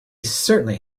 certainly